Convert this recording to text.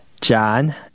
john